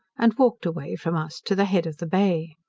and walked away from us to the head of the bay.